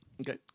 Okay